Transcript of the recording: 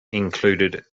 included